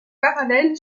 parallèle